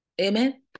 Amen